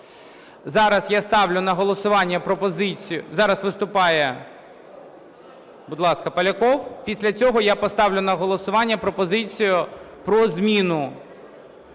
цього я поставлю на голосування пропозицію про зміну